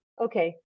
Okay